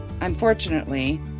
Unfortunately